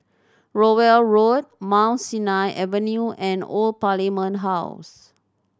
Rowell Road Mount Sinai Avenue and Old Parliament House